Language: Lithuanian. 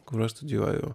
kur aš studijuoju